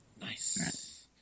nice